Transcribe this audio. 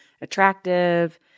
attractive